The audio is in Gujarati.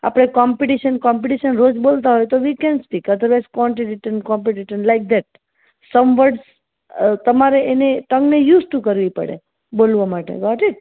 આપણે કોમ્પિટિશન કોમ્પિટિશન રોજ બોલતા હોય તો we can speak otherwise competition competition like that some words તમારે એને ટંગને યુઝ ટુ કરવી પડે બોલવા માટે ગોટ ઈટ